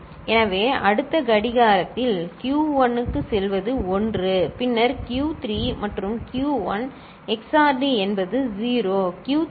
எனவே அடுத்த கடிகாரத்தில் Q1 க்குச் செல்வது 1 பின்னர் Q3 மற்றும் Q1 XORed என்பது 0 Q3 மற்றும் Q1 XORed 0 ஆகும்